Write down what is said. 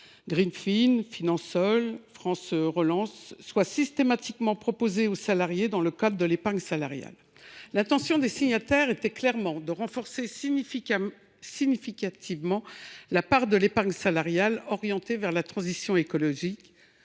Greenfin, Finansol ou France Relance soient systématiquement proposés aux salariés dans le cadre de l’épargne salariale. L’intention des signataires était clairement de renforcer significativement la part de cette épargne orientée vers la transition écologique